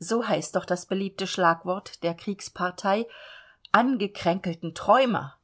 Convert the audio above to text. so heißt doch das beliebte schlagwort der kriegspartei angekränkelten träumer